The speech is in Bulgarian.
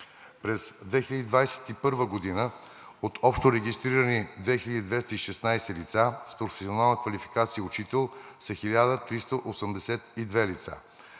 през 2021 г. от общо регистрирани 2216 лица с професионална квалификация „учител“ са 1382 лица;